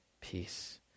peace